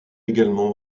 également